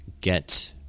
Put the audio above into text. get